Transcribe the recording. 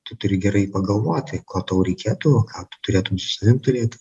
tu turi gerai pagalvoti ko tau reikėtų ką tu turėtum su savim turėt